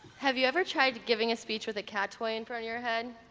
have you ever tried giving a speech with a cat toy in front of your head?